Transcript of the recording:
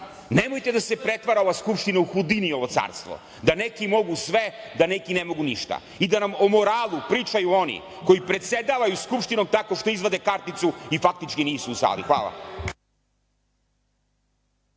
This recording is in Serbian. Nemojte da se pretvara ova Skupština u Hudinijevo carstvo, da neki mogu sve, da neki ne mogu ništa i da nam o moralu pričaju oni koji predsedavaju Skupštini tako što izvade karticu u faktički nisu u sali. Hvala.